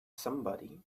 somebody